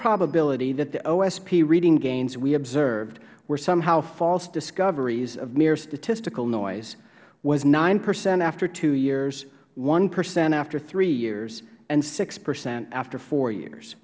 probability that the osp reading gains we observed were somehow false discoveries of mere statistical noise was nine percent after two years one percent after three years and six percent after four years